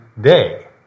day